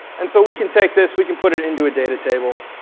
and so we can take this. we can put it into a data table.